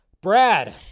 Brad